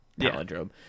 palindrome